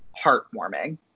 heartwarming